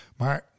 Maar